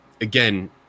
again